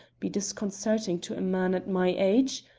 be disconcerting to a man at my age?